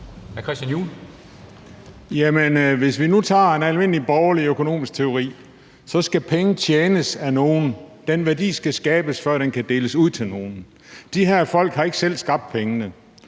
hvis vi nu tager en almindelig borgerlig økonomisk teori, så skal pengene tjenes af nogle. Den værdi skal skabes, før den kan deles ud til nogen. De her folk har ikke selv skabt penge.